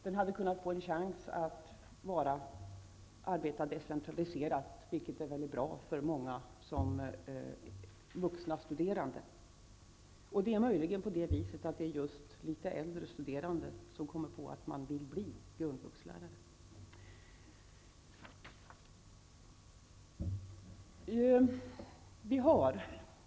Då hade arbetet blivit decentraliserat, vilket är väldigt bra för de många vuxna studerande. Det är möjligt att det är de litet äldre studerande som kommer på att de vill bli grundvuxlärare.